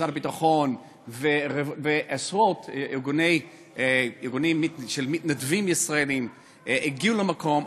משרד הביטחון ועשרות ארגונים של מתנדבים ישראלים הגיעו למקום,